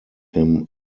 him